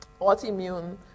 autoimmune